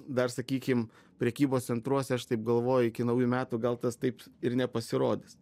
dar sakykim prekybos centruose aš taip galvoju iki naujų metų gal tas taip ir nepasirodys